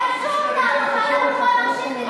לא אמרתי את זה.